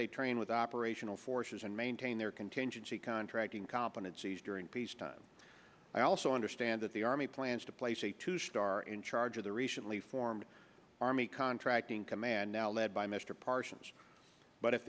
they train with operational forces and maintain their contingency contracting competencies during peacetime i also understand that the army plans to place a two star in charge of the recently formed army contracting command now led by mr parsons but if